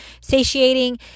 satiating